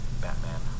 Batman